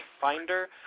Finder